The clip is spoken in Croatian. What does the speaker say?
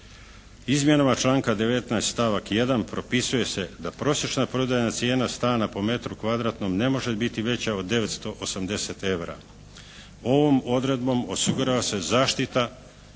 Izmjenama članka 19. stavak 1. propisuje se da prosječna prodajna cijena stana po metru kvadratnom ne može biti veća od 980 EUR-a. Ovim odredbom osigurava se zaštita